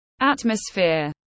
atmosphere